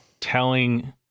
telling